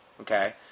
Okay